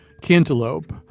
cantaloupe